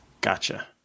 Gotcha